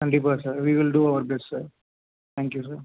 கண்டிப்பாக sir we will do our best sir thank you sir